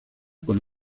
con